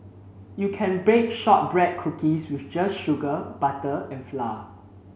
you can bake shortbread cookies with just sugar butter and flour